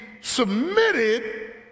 submitted